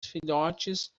filhotes